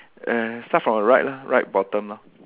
err start from the right lah right bottom lah